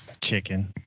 Chicken